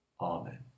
Amen